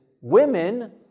women